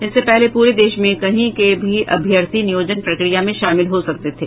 इससे पहले पूरे देश में कहीं के भी अभ्यर्थी नियोजन प्रक्रिया में शामिल हो सकते थे